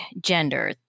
gender